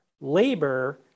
labor